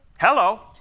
Hello